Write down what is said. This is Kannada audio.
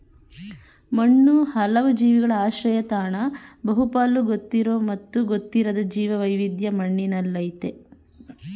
ಮಣ್ಣು ಹಲವು ಜೀವಿಗಳ ಆಶ್ರಯತಾಣ ಬಹುಪಾಲು ಗೊತ್ತಿರೋ ಮತ್ತು ಗೊತ್ತಿರದ ಜೀವವೈವಿಧ್ಯ ಮಣ್ಣಿನಲ್ಲಯ್ತೆ